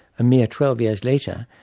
a mere twelve years later,